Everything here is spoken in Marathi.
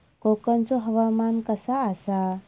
कोकनचो हवामान कसा आसा?